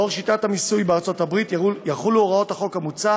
לאור שיטת המיסוי בארצות-הברית יחולו הוראות החוק המוצע